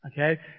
Okay